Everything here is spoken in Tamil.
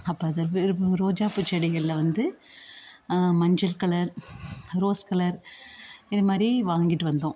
அப்போ அது வெறும் ரோஜாப்பூ செடிகள் வந்து மஞ்சள் கலர் ரோஸ் கலர் இது மாதிரி வாங்கிட்டு வந்தோம்